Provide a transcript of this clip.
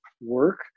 work